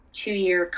two-year